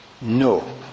No